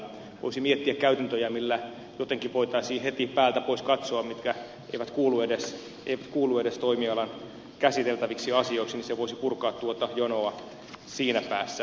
voisi miettiä käytäntöjä millä jotenkin voitaisiin heti päältä pois katsoa mitkä eivät kuulu edes toimialan käsiteltäviksi asioiksi se voisi purkaa tuota jonoa siinä päässä